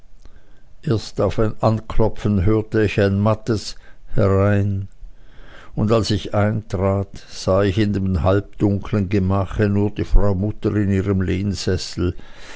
erst auf ein anklopfen hörte ich ein mattes herein und als ich eintrat sah ich in dem halbdunklen gemache nur die frau mutter in ihrem lehnsessel